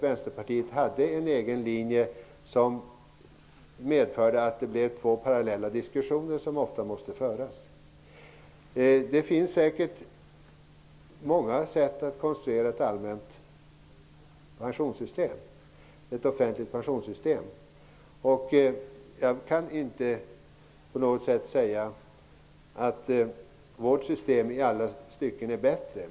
Vänsterpartiet hade en egen linje som medförde att det ofta måste föras två parallella diskussioner. Det finns säkert många sätt att konstruera ett allmänt offentligt pensionssystem. Jag kan inte på något sätt säga att vårt system i alla stycken är bättre.